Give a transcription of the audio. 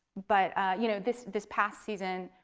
but you know this this past season,